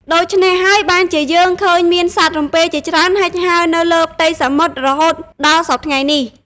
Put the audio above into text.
ហេតុដូច្នេះហើយ បានជាយើងឃើញមានសត្វរំពេជាច្រើនហិចហើរ នៅលើផ្ទៃសមុទ្រ រហូតដល់សព្វថ្ងៃនេះ ។